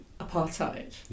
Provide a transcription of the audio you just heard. apartheid